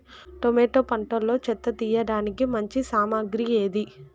Tomato పంటలో చెత్త తీయడానికి మంచి సామగ్రి ఏది?